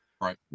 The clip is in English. Right